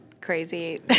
crazy